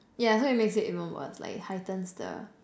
yeah so it makes it even worse like it heightens the